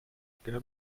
again